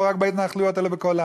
לא רק בהתנחלויות אלא בכל הארץ,